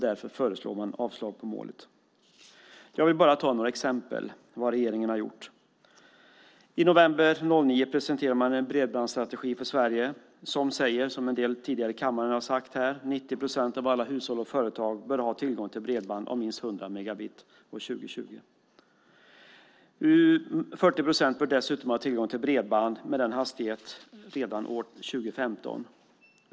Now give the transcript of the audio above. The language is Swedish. Därför föreslår man avslag på förslaget till mål. Jag vill ta några exempel på vad regeringen har gjort. I november 2009 presenterade man en bredbandsstrategi för Sverige som säger, som en del har sagt tidigare i kammaren här, att 90 procent av alla hushåll och företag bör ha tillgång till bredband av minst 100 megabit år 2020. 40 procent bör dessutom ha tillgång till bredband med denna hastighet redan år 2015.